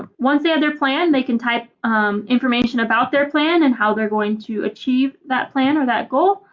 ah once they have ah their plan they can type information about their plan and how they're going to achieve that plan or that goal.